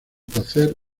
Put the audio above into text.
placer